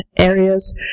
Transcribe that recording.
areas